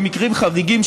במקרים חריגים,